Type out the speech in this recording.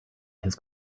his